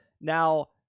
now